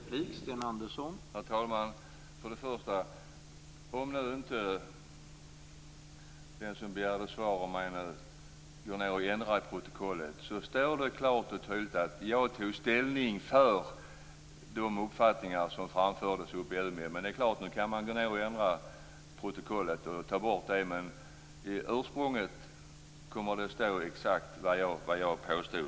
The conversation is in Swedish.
Herr talman! Om inte den som begärde svar av mig nu går ned och ändrar i protokollet står det klart och tydligt vilken ställning jag tog när det gäller de uppfattningar som framfördes uppe Umeå. Nu kan man så klart gå ned och ändra i protokollet och ta bort det. Men i ursprunget kommer det att stå exakt vad jag påstod.